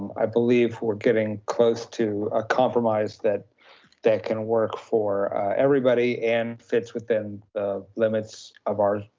i believe we're getting close to a compromise that that can work for everybody and fits within the limits of ours.